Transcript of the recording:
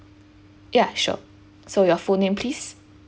yeah sure so your full name please